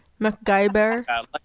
MacGyver